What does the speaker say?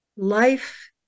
life